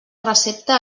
recepta